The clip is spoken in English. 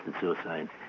suicide